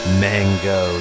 mango